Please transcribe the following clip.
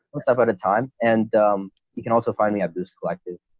what's up at a time and you can also find me a boost collective.